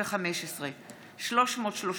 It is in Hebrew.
פ/315/23,